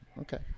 Okay